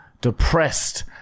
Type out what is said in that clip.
depressed